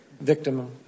victim